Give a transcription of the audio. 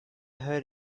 heard